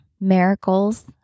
miracles